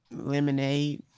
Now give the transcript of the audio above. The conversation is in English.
lemonade